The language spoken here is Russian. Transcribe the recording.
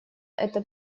это